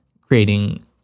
creating